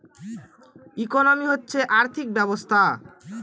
economy হচ্ছে আর্থিক ব্যবস্থা